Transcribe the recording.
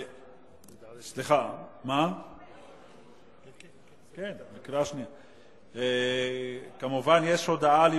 5. אם כך,